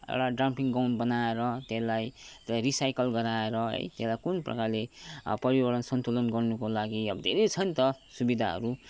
एउटा dumping ground बनाएर गराएर है त्यल्लाई कुन प्रकारले अब पर्यावरण सन्तुलन गर्नका लागि अब धेरै छ नि त सुविधाहरू